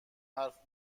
حرف